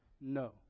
no